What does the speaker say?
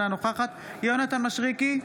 אינה נוכחת יונתן מישרקי,